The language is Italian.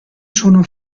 sono